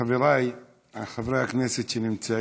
חבריי חברי הכנסת שנמצאים,